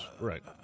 right